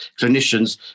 clinicians